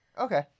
Okay